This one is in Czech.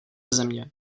země